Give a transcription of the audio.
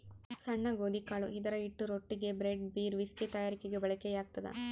ಸಣ್ಣ ಗೋಧಿಕಾಳು ಇದರಹಿಟ್ಟು ರೊಟ್ಟಿಗೆ, ಬ್ರೆಡ್, ಬೀರ್, ವಿಸ್ಕಿ ತಯಾರಿಕೆಗೆ ಬಳಕೆಯಾಗ್ತದ